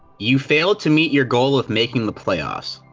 you failed to meet your goal of making the playoffs.